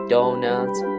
Donuts